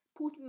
Putin